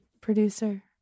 producer